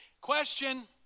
Question